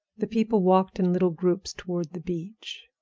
the people walked in little groups toward the beach.